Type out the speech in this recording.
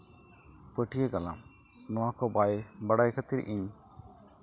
ᱯᱟᱹᱴᱤᱭᱟᱹ ᱜᱟᱞᱟᱝ ᱱᱚᱣᱟᱠᱚ ᱵᱟᱭ ᱵᱟᱲᱟᱭ ᱠᱷᱟᱹᱛᱤᱨ ᱤᱧ